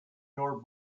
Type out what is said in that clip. your